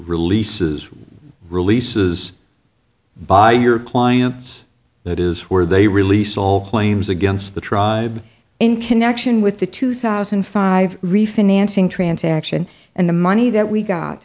releases releases by your clients that is where they release all claims against the tribe in connection with the two thousand and five refinancing transaction and the money that we got